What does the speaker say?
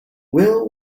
will